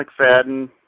McFadden